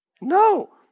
No